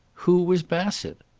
who was bassett?